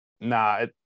nah